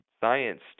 science